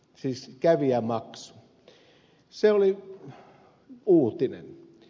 se oli uutinen